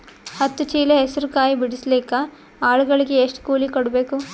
ಹತ್ತು ಚೀಲ ಹೆಸರು ಕಾಯಿ ಬಿಡಸಲಿಕ ಆಳಗಳಿಗೆ ಎಷ್ಟು ಕೂಲಿ ಕೊಡಬೇಕು?